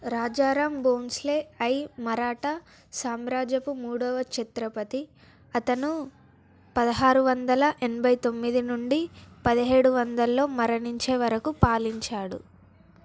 రాజారామ్ భోంస్లే ఐ మరాఠా సామ్రాజ్యపు మూడవ ఛత్రపతి అతను పదహారు వందల ఎనభై తొమ్మిది నుండి పదిహేడు వందలలో మరణించే వరకు పాలించాడు